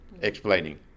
explaining